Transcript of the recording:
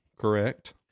correct